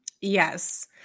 Yes